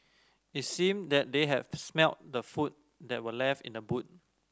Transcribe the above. it seemed that they had smelt the food that were left in the boot